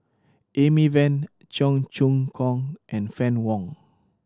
Amy Van Cheong Choong Kong and Fann Wong